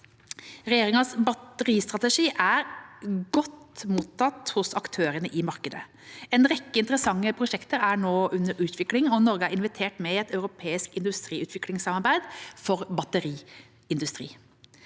Regjeringas batteristrategi er godt mottatt hos aktørene i markedet. En rekke interessante prosjekter er nå under utvikling, og Norge er invitert med i et europeisk industriutviklingssamarbeid for batteriindustri.